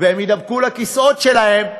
והם יידבקו לכיסאות שלהם,